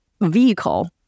vehicle